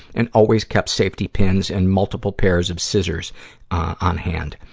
and always kept safety pins and multiple pairs of scissors on hand.